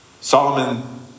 Solomon